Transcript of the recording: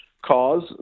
Cause